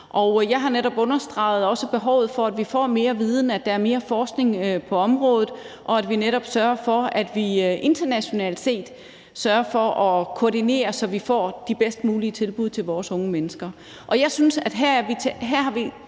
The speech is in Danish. Jeg har netop også understreget behovet for, at vi får mere viden, at der kommer mere forskning på området, og at vi internationalt set netop sørger for at koordinere, så vi får de bedst mulige tilbud til vores unge mennesker.